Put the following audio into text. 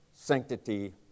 sanctity